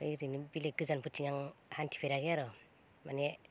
बे ओरैनो बेलेग गोजानफोरथिं आं हान्थिफेराखै आरो माने